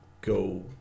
go